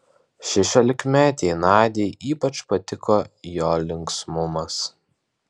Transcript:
šešiolikmetei nadiai ypač patiko jo linksmumas